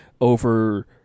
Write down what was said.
over